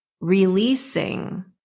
releasing